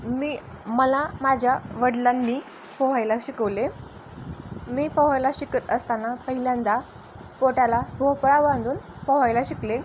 मी मला माझ्या वडिलांनी पोहायला शिकवले मी पोहायला शिकत असताना पहिल्यांदा पोटाला भोपळा बांधून पोहायला शिकले